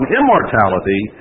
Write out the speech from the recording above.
immortality